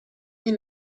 این